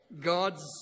God's